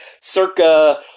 circa